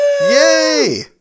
Yay